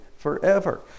forever